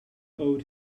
owed